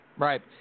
Right